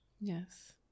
yes